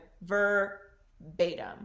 verbatim